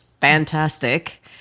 fantastic